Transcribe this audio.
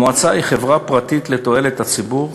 המועצה היא חברה פרטית לתועלת הציבור,